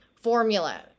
formula